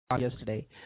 yesterday